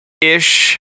ish